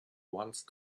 once